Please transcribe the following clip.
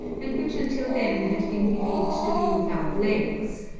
and which until then had been believed to be without legs,